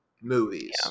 movies